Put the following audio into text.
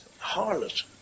harlot